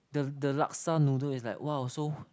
the the laksa noodle is like !wow! so